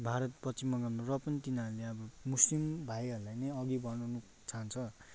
भारत पश्चिम बङ्गालमा र पनि तिनीहरूले अब मुस्लिम भाइहरूलाई नै अघि बढाउनु चाहन्छ